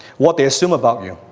what they assume about you.